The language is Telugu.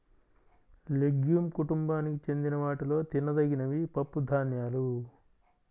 లెగ్యూమ్ కుటుంబానికి చెందిన వాటిలో తినదగినవి పప్పుధాన్యాలు